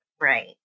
right